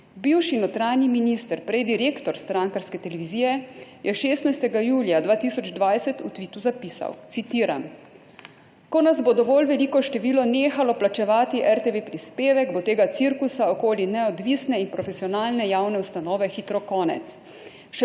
Bivši notranji minister, prej direktor strankarske televizije, je 16. julija 2020 v tvitu zapisal, citiram: »Ko nas bo dovolj veliko število nehalo plačevati RTV prispevek, bo tega cirkusa okoli neodvisne in profesionalne javne ustanove hitro konec.